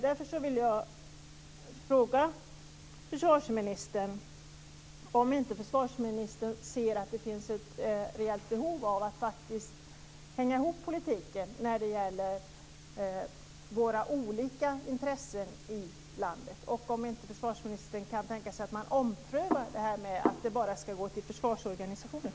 Därför vill jag fråga försvarsministern om han inte ser att det finns ett behov av att faktiskt hänga ihop politiken när det gäller de olika intressen som finns i landet. Kan inte försvarsministern tänka sig att ompröva beslutet att materielen bara ska gå till försvarsorganisationer?